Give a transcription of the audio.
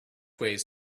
ways